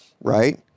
Right